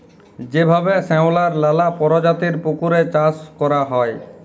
যেভাবে শেঁওলার লালা পরজাতির পুকুরে চাষ ক্যরা হ্যয়